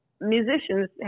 musicians